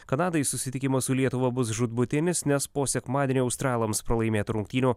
kanadai susitikimo su lietuva bus žūtbūtinis nes po sekmadienio australams pralaimėtų rungtynių